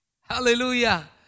Hallelujah